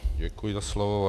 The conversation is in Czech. Děkuji za slovo.